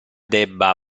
debba